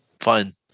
fine